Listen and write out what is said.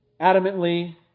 adamantly